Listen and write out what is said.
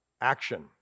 action